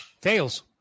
tails